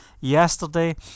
yesterday